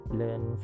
learn